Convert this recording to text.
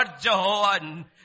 Jehovah